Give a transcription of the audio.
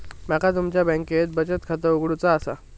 माका तुमच्या बँकेत बचत खाता उघडूचा असा?